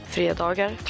Fredagar